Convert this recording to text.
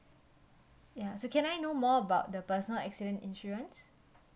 ya so can I know more about the personal accident insurance